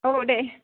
औ दे